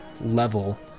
level